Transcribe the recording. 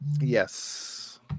yes